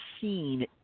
seen